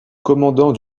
commandant